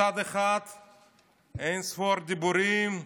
מצד אחד אין-ספור דיבורים: